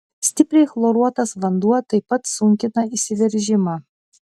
stipriai chloruotas vanduo taip pat sunkina įsiveržimą